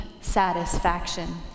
satisfaction